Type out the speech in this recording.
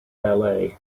ballet